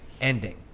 ending